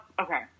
Okay